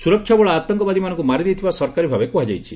ସୁରକ୍ଷାବଳ ଆତଙ୍କବାଦୀମାନଙ୍କୁ ମାରିଦେଇଥିବା ସରକାରୀଭାବେ କୁହାଯାଇଛି